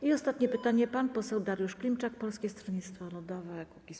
I ostatnie pytanie, pan poseł Dariusz Klimczak, Polskie Stronnictwo Ludowe - Kukiz15.